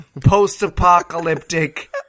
post-apocalyptic